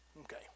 Okay